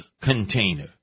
container